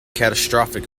catastrophic